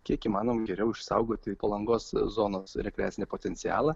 kiek įmanoma geriau išsaugoti palangos zonos rekreacinį potencialą